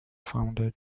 founded